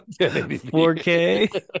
4K